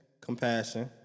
compassion